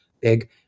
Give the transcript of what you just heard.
big